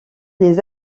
des